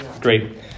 Great